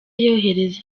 yohereza